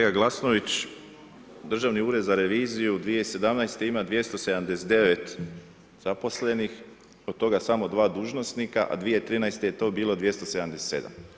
Kolega Glasnović, Državni ured za reviziju 2017. ima 279 zaposlenih, od toga samo 2 dužnosnika, a 2013. je to bilo 277.